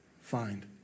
find